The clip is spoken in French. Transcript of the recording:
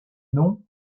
nom